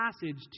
passage